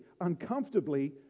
uncomfortably